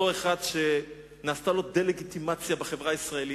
אותו אחד שנעשתה לו דה-לגיטימציה בחברה הישראלית.